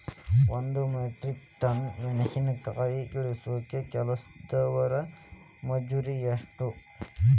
ಒಂದ್ metric ton ಮೆಣಸಿನಕಾಯಿ ಇಳಸಾಕ್ ಕೆಲಸ್ದವರ ಮಜೂರಿ ಎಷ್ಟ?